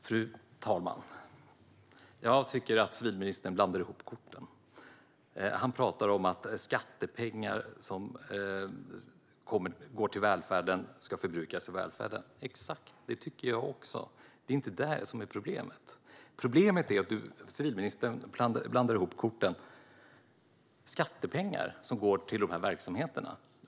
Fru talman! Jag tycker att civilministern blandar ihop korten. Han talar om att skattepengar som går till välfärden ska förbrukas i välfärden - exakt, det tycker jag också. Det är inte det som är problemet. Problemet är att civilministern blandar ihop korten. Det är skattepengar som går till dessa verksamheter.